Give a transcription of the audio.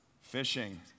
Fishing